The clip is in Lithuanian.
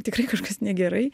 tikrai kažkas negerai